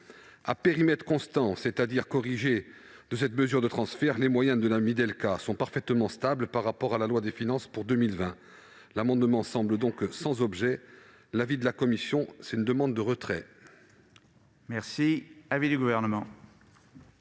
À périmètre constant, c'est-à-dire corrigé de cette mesure de transfert, les moyens de la Mildeca sont parfaitement stables par rapport à la loi de finances pour 2020. Cet amendement me semble donc sans objet ; la commission demande à ses